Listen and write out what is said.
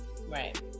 right